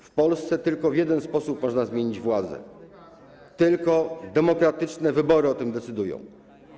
W Polsce tylko w jeden sposób można zmienić władzę - tylko demokratyczne wybory o tym decydują.